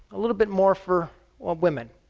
a little bit more for women.